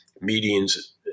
meetings